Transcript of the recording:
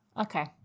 Okay